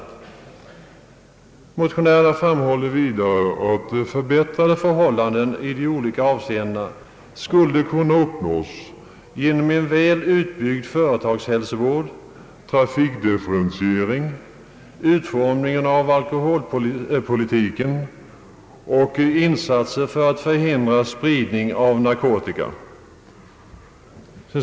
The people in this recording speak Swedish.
Motionärerna framhåller vidare att förbättrade förhållanden i olika avseenden skulle kunna uppnås genom en väl utbyggd företagshälsovård, trafikdifferentiering, utformningen av alkoholpolitiken och insatser för att förhindra spridning av narkotika.